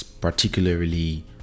particularly